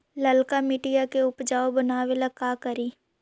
लालका मिट्टियां के उपजाऊ बनावे ला का करी?